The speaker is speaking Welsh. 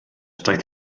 daeth